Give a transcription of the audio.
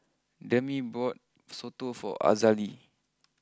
Demi bought Soto for Azalee